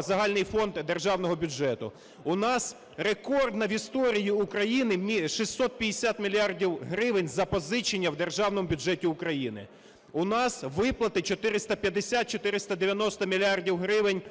загальний фонд державного бюджету. У нас рекордні в історії України - 650 мільярдів гривень - запозичення в державному бюджеті України. У нас виплати 450-490 мільярдів гривень